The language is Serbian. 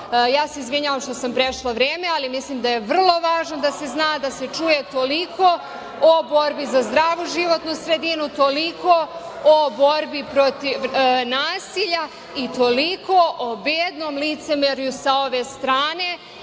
se izvinjavam što sam prešla vreme, ali mislim da je vrlo važno da se zna i da se čuje. Toliko o borbi za zdravu životnu sredinu, toliko o borbi protiv nasilja i toliko o bednom licemerju sa ove strane,